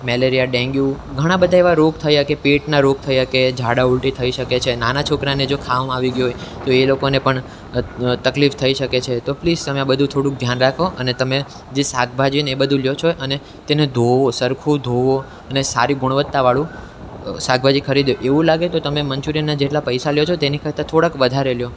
malaria dengue ઘણા બધા એવા રોગ થયા કે પેટના રોગ થયા કે ઝાળા ઊલટી થઈ શકે છે નાના છોકરાને જો ખાવામાં આવી ગયો હોય તો એ લોકોને પણ તકલીફ થઈ શકે છે તો પ્લીઝ તમે આ બધું થોડુંક ધ્યાન રાખો અને તમે જે શાકભાજી ને એ બધું લ્યો છો અને તેને ધોવો સરખું ધોવો અને સારી ગુણવત્તાવાળું શાકભાજી ખરીદો એવું લાગે તો તમે મંચુરિયનના જેટલા પૈસા લ્યો છો તેની કરતાં થોડાક વધારે લ્યો